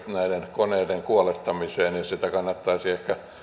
koneiden kuolettamiseen sitä kannattaisi ehkä